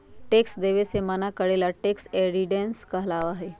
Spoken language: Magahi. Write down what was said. टैक्स देवे से मना करे ला टैक्स रेजिस्टेंस कहलाबा हई